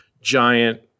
giant